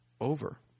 over